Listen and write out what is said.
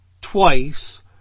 twice